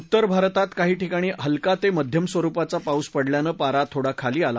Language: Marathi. उत्तर भारतात काही ठिकाणी हलका ते मध्यम स्वरूपाचा पाऊस पडल्यानं पारा थोडा खाली आला